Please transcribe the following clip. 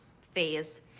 phase